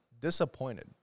disappointed